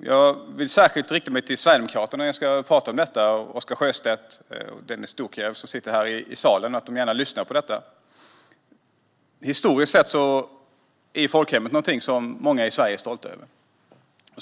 Jag vill särskilt rikta mig till Sverigedemokraterna när jag nu ska tala om det här. Oscar Sjöstedt och Dennis Dioukarev, som sitter här i salen, får gärna lyssna på detta. Historiskt sett är folkhemmet någonting som många i Sverige är stolta över.